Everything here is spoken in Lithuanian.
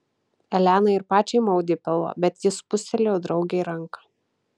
elenai ir pačiai maudė pilvą bet ji spustelėjo draugei ranką